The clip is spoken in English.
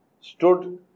stood